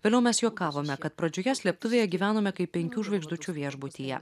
vėliau mes juokavome kad pradžioje slėptuvėje gyvenome kaip penkių žvaigždučių viešbutyje